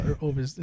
over